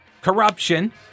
Corruption